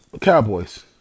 Cowboys